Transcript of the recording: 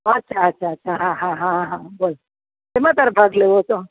અચ્છા અચ્છા અચ્છા હા હા બસ શેમાં તારે ભાગ લેવો હતો